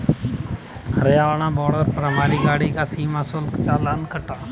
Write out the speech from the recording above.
Haryana border पर हमारी गाड़ी का सीमा शुल्क चालान कटा